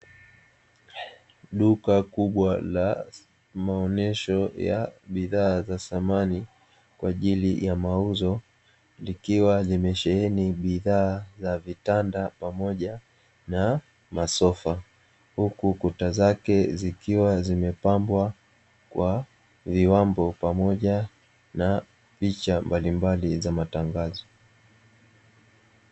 Duka kubwa la maonyesho ya bidhaa za samani kwa ajili ya mauzo likiwa limesheheni bidhaa za vitanda, pamoja na masofa huku kuta zake zikiwa zimepambwa kwa viwambo pamoja na picha mbalimbali za matangazo.